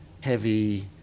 heavy